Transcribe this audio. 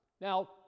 Now